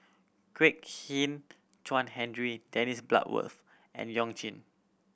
Kwek Hian Chuan Henry Dennis Bloodworth and You Jin